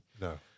No